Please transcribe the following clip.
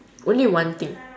only one thing